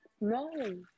no